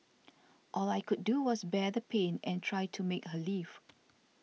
all I could do was bear the pain and try to make her leave